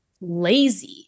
lazy